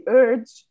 urge